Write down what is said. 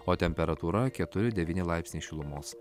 o temperatūra keturi devyni laipsniai šilumos